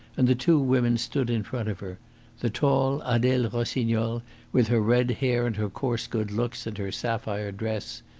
and the two women stood in front of her the tall adele rossignol with her red hair and her coarse good looks and her sapphire dress,